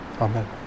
Amen